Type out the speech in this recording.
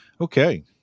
Okay